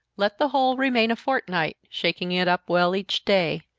let the whole remain a fortnight, shaking it up well each day,